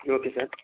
okay sir